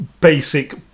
basic